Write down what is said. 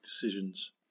decisions